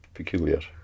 peculiar